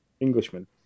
Englishman